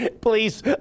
Please